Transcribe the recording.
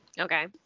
Okay